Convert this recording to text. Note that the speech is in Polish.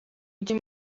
gdzie